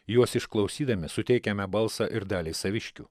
juos išklausydami suteikiame balsą ir daliai saviškių